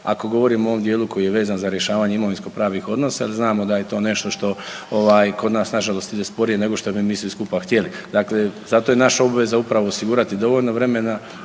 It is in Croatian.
ako govorimo o ovom dijelu koji je vezan za rješavanje imovinskopravnih odnosa jel znamo da je to nešto što kod nas nažalost ide sporije nego što bi mi svi skupa htjeli. Dakle, zato je naša obveza upravo osigurati dovoljno vremena